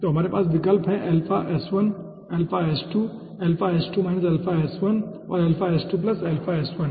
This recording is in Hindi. तो हमारे पास विकल्प है alpha s1 alpha s2 alpha s2 alpha s1 और अल्फा s2 अल्फा s1